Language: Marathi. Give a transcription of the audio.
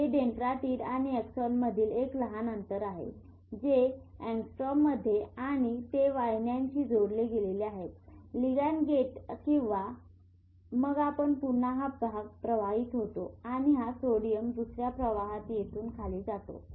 हे डेंड्राइट आणि ऍक्सॉनमधील एक लहान अंतर आहे जे अँग्स्ट्रॉम्समध्ये आणि ते या वाहिन्यांशी जोडले गेलेले आहेत लिगँड गेट्ड किंवा आणि मग आपण पुन्हा हा भाग प्रवाहित होतो आणि हा सोडियम दुसऱ्या प्रवाहात येथून खाली जातो